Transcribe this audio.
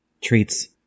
treats